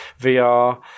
vr